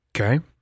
okay